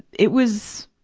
it was,